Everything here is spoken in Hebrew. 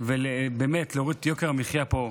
המחיה ובאמת כדי להוריד את יוקר המחיה פה,